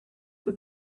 what